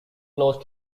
close